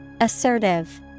Assertive